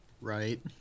right